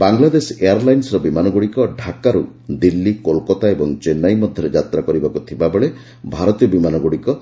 ବାଂଲାଦେଶ ଏୟାରଲାଇନସ୍ର ବିମାନଗୁଡ଼ିକ ଢାକାରୁ ଦିଲ୍ଲୀ କୋଲକାତା ଓ ଚେନ୍ନାଇ ମଧ୍ୟରେ ଯାତ୍ରା କରିବାକୁ ଥିବାବେଳେ ଭାରତୀୟ ବିମାନଗୁଡିକ